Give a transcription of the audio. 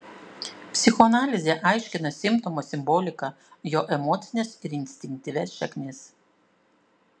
psichoanalizė aiškina simptomo simboliką jo emocines ir instinktyvias šaknis